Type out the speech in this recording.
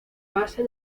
base